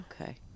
Okay